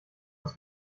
aus